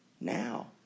now